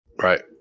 Right